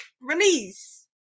release